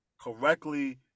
correctly